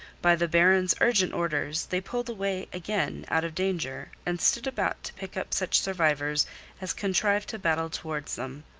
by the baron's urgent orders they pulled away again out of danger, and stood about to pick up such survivors as contrived to battle towards them.